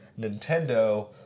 Nintendo